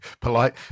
polite